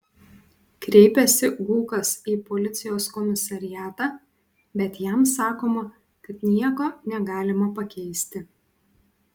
kreipiasi gūkas į policijos komisariatą bet jam sakoma kad nieko negalima pakeisti